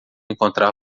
encontrar